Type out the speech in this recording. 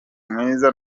mwiza